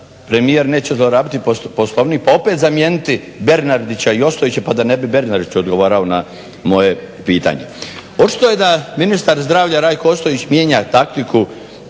premijer neće zlorabiti Poslovnik pa opet zamijeniti Bernardića i Ostojića, pa da ne bi Bernardić odgovarao na moje pitanje. Očito je da je ministar zdravlja Rajko Ostojić mijenja taktiku